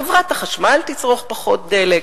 חברת החשמל תצרוך פחות דלק,